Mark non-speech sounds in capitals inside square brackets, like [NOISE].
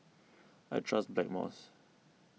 [NOISE] I trust Blackmores